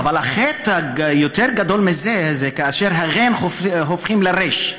אבל החטא היותר-גדול מזה הוא כאשר את הר'ין הופכים לרי"ש.